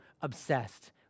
obsessed